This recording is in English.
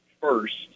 first